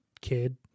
kid